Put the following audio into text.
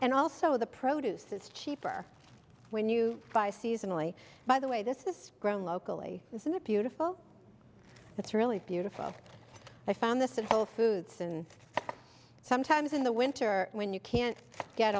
and also the produce is cheaper when you buy seasonally by the way this is grown locally isn't it beautiful it's really beautiful i found this in whole foods and sometimes in the winter when you can't get